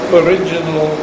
original